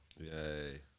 Yay